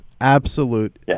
Absolute